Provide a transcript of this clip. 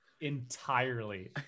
entirely